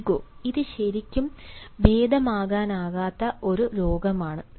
ego ഇത് ശരിക്കും ഭേദമാക്കാനാവാത്ത ഒരു രോഗമാണ്